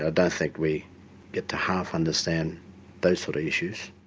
ah don't think we get to half understand those sort of issues.